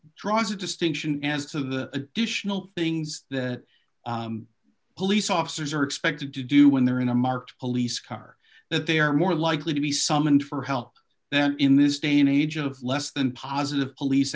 draws a distinction as to the additional things that police officers are expected to do when they're in a marked police car that they are more likely to be summoned for help then in this day and age of less than positive police